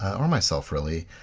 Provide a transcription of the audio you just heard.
or myself really,